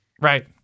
right